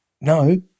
no